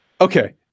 Okay